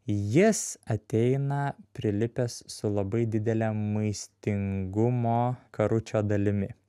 jis ateina prilipęs su labai didele maistingumo karučio dalimi